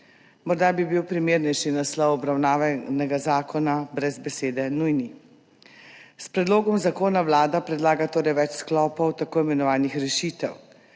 Morda bi bil primernejši naslov obravnavanega zakona brez besede »nujni«. S predlogom zakona Vlada predlaga torej več sklopov tako imenovanih rešitev: